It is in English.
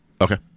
Okay